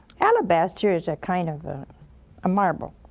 alabaster is a kind of a, a marble,